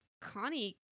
Connie